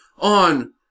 on